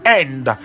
end